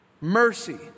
Mercy